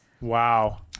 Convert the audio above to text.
Wow